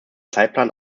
zeitplan